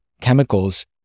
chemicals